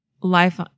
life